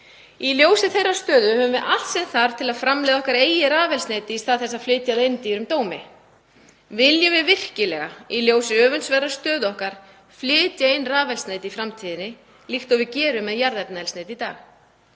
Í ljósi þeirrar stöðu höfum við allt sem þarf til að framleiða okkar eigin rafeldsneyti í stað þess að flytja það inn dýrum dómi. Viljum við virkilega, í ljósi öfundsverðrar stöðu okkar, flytja inn rafeldsneyti í framtíðinni líkt og við gerum með jarðefnaeldsneyti í dag?